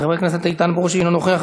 חבר הכנסת איתן ברושי, אינו נוכח.